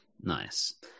Nice